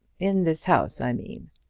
in this house i mean.